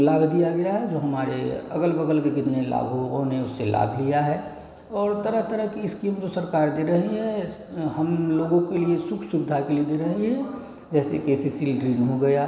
लाभ दिया गया है जो हमारे अगल बगल के कितने लभुकों ने उससे लाभ लिया है और तरह तरह की इस्किम जो सरकार दे रही है हम लोगों के लिए सुख सुविधा के लिए दे रही है जैसे के सी श्रील ड्रील हो गया